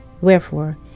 Wherefore